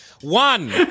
One